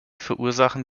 verursachen